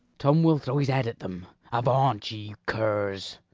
tom will throw his head at them avaunt, you curs!